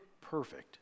perfect